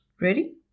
Ready